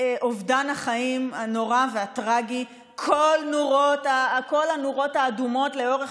אובדן החיים הנורא והטרגי כל הנורות האדומות לאורך